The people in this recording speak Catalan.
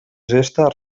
gesta